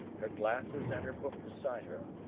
her glasses and her book beside her.